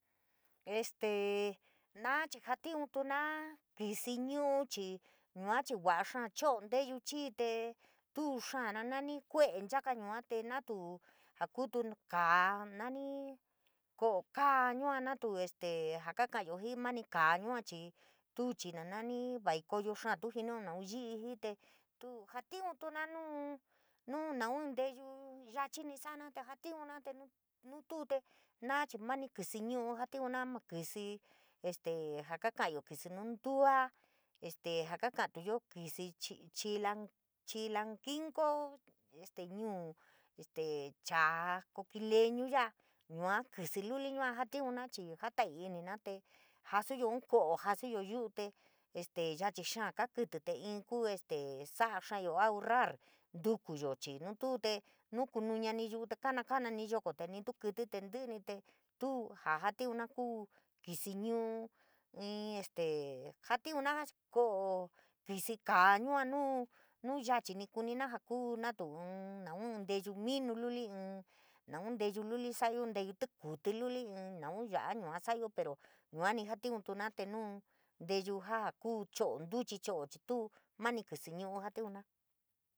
Este naa chii jatiuntuna kisiñuú chii yua chii vaá xaa nteyu chii, tu xaa nu nani kué nchaka yua, te natu jaa kutu kaa nani ko´o kaa natu este jass kakayo jii mani kaa yua chii tuo chii na nani vaikoyo xaa tu jinio naun yi´i jii te tuu jatiu na nunu naun teyu yachii ni sa´ana te jaliunate nuu tuute, naa chii mani kísí nundua este jass kakatuyo kísí chi, chi, lakuinko este ñuu este chaa kukilenu ya´a yua kísí luli yua jatiuna chii jataiiinina te jasu yuún ko´o jasuyo yu´u te nukuñamani yu´u te kana kanani yoko de tuuni kítíte tíí´ní te tuu jaajatiuna kuu kísí ñuu in este jatiuna koó, kísí kaa yua nu nun yachini kunina jaa kuu, natu inn naun inn teyo minu luli inn naun nteyu luli sa´ayo, teii tíkuití luli inn ya´aa yua ja sa´ayo pero yuani jatiuntuna tee nuu nteyuu ja kuu ehaaayo ntuvhi cho´o chii tuu mani kísí ñu´u jatiuna.